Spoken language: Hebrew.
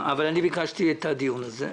אני ביקשתי את הדיון הזה,